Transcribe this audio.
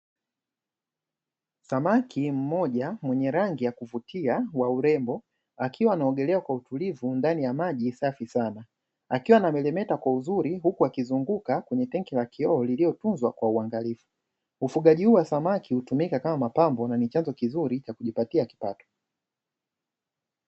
Samaki mmoja mwenye rangi ya kuvutia wa urembo, akiwa anaogelea kwa utulivu ndani ya maji safi sana, akiwa anameremeta kwa uzuri huku akizungukwa kwenye tenki la kioo lililotunzwa kwa uangalifu. Ufugaji huu wa samaki hutumika kama mapambo na ni chanzo kizuri cha kujipatia kipato.